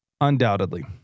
Undoubtedly